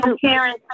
Karen